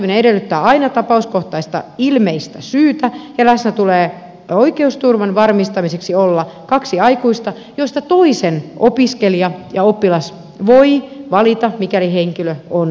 tarkastaminen edellyttää aina tapauskohtaista ilmeistä syytä ja läsnä tulee oikeusturvan varmistamiseksi olla kaksi aikuista joista toisen opiskelija tai oppilas voi valita mikäli henkilö on saapuvilla